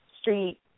street